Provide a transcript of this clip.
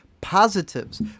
positives